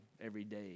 everyday